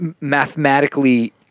mathematically